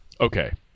Okay